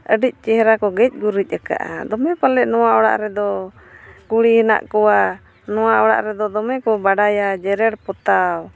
ᱟᱹᱰᱤ ᱪᱮᱦᱨᱟ ᱠᱚ ᱜᱮᱡ ᱜᱩᱨᱤᱡ ᱟᱠᱟᱜᱼᱟ ᱫᱚᱢᱮ ᱯᱟᱞᱮᱫ ᱱᱚᱣᱟ ᱚᱲᱟᱜ ᱨᱮᱫᱚ ᱠᱩᱲᱤ ᱦᱮᱱᱟᱜ ᱠᱚᱣᱟ ᱱᱚᱣᱟ ᱚᱲᱟᱜ ᱨᱮᱫᱚ ᱫᱚᱢᱮ ᱠᱚ ᱵᱟᱰᱟᱭᱟ ᱡᱮᱨᱮᱲ ᱯᱚᱛᱟᱣ